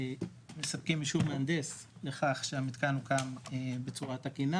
מספקים אישור מהנדס לכך שהמתקן הוקם בצורה תקינה